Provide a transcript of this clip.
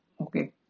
okay